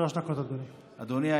שלוש דקות, אדוני.